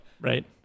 right